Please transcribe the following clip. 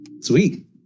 Sweet